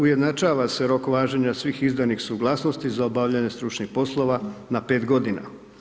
Ujednačava se rok važenja svih izdanih suglasnosti za obavljanje stručnih poslova na 5 godina.